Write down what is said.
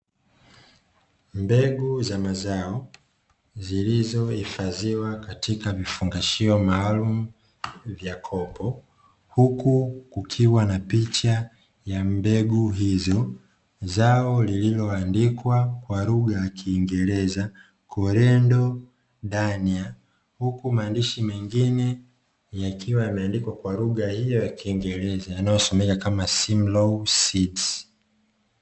Mbegu za mazao zilizo hifadhiwa katika vifungashio maalumu vya kopo ,huku kukiwa na picha ya mbegu hizo, zao lililoandikwa kwa lugha ya kingereza ''Coriander Dania'' huku maandishi mengine yakiwa yameandikwa kwa lugha hiyo ya kingereza yanayosomeka kama "Mbegu za Simlaw''.